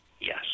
yes